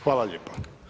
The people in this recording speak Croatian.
Hvala lijepo.